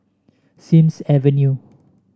Sims Avenue